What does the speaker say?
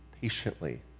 patiently